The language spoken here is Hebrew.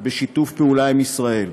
בשיתוף פעולה עם ישראל,